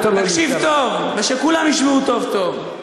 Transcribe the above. אתה שומע מה שהוא אומר.